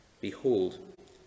Behold